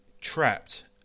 trapped